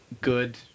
good